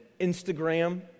Instagram